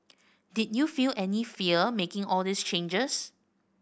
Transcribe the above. did you feel any fear making all these changes